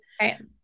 Right